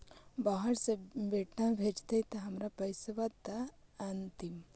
बाहर से बेटा भेजतय त हमर पैसाबा त अंतिम?